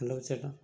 hello ചേട്ടാ